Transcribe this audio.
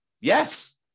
Yes